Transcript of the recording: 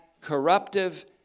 corruptive